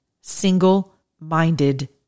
single-minded